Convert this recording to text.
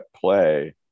play